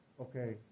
okay